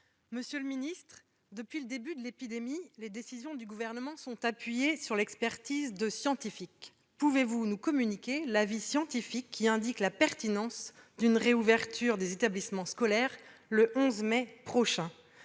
et de la jeunesse, depuis le début de l'épidémie, les décisions du Gouvernement s'appuient sur l'expertise de scientifiques. Pouvez-vous nous communiquer l'avis scientifique indiquant la pertinence d'une réouverture des établissements scolaires le 11 mai prochain ?